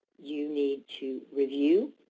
you need to review,